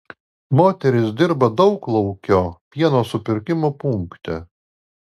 moteris dirba dauglaukio pieno supirkimo punkte